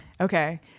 Okay